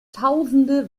tausende